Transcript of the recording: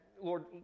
Lord